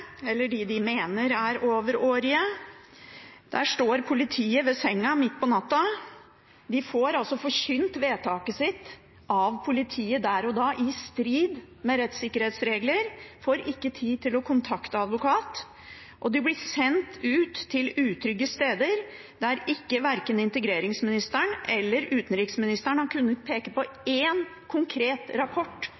eller dem de mener er overårige. Politiet står ved senga midt på natta. De får altså forkynt vedtaket sitt av politiet der og da, i strid med rettssikkerhetsregler, de får ikke tid til å kontakte advokat, og de blir sendt ut til utrygge steder – verken integreringsministeren eller utenriksministeren har kunnet peke på